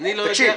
אני לא יודע.